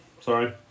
sorry